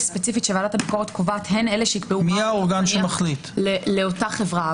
ספציפית שוועדת הביקורת קובעת הן אלה לאותה חברה.